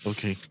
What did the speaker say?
Okay